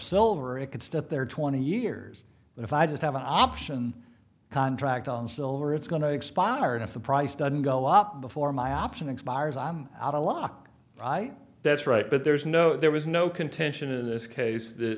silver it could start there twenty years and if i just have an option contract on silver it's going to expire and if the price doesn't go up before my option expires on out a lock i that's right but there is no there was no contention in this case th